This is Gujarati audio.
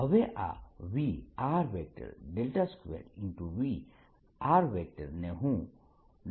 હવે આ Vr2Vr ને હું